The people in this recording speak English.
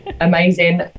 Amazing